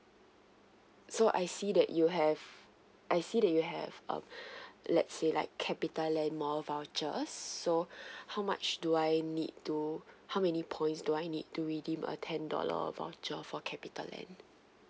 so I see that you have I see that you have um let's say like capitaland mall vouchers so how much do I need to how many points do I need to redeem a ten dollar voucher for capitaland